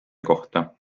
kohta